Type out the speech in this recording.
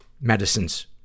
medicines